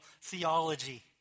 theology